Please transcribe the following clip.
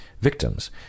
victims